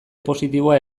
positiboa